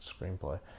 screenplay